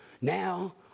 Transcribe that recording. Now